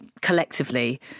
collectively